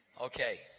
Okay